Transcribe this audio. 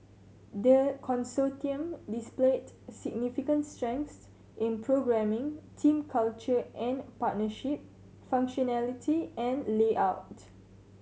the Consortium displayed significant strengths in programming team culture and partnership functionality and layout